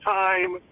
time